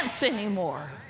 anymore